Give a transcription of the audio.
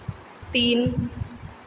तीन